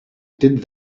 did